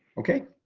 okay,